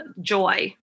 joy